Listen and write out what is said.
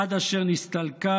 עד אשר נסתלקה